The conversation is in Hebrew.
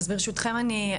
אז ברשותכם אני אסכם.